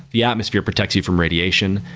the atmosphere protects you from radiation.